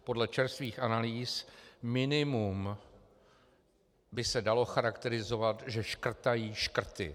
Podle čerstvých analýz minimum by se dalo charakterizovat, že škrtají škrty.